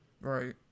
Right